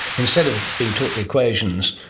instead of being taught the equations,